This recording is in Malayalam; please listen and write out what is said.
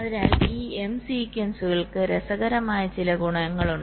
അതിനാൽ ഈ m സീക്വൻസുകൾക്ക് രസകരമായ ചില ഗുണങ്ങളുമുണ്ട്